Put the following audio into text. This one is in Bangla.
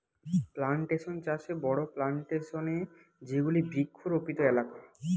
প্লানটেশন চাষে বড়ো প্লানটেশন এ যেগুলি বৃক্ষরোপিত এলাকা